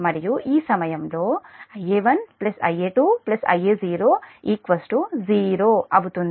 మరియు ఈ సమయంలో Ia1 Ia2 Ia0 0 అవుతుంది